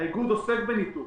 האיגוד עוסק בניטור,